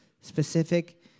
specific